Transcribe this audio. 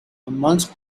amongst